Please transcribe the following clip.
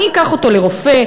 אני אקח אותו לרופא,